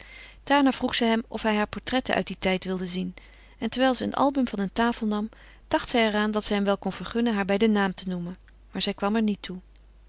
daarna vroeg zij hem of hij hare portretten uit dien tijd wilde zien en terwijl zij een album van een tafel nam dacht zij er aan dat zij hem wel kon vergunnen haar bij den naam te noemen maar zij kwam er niet toe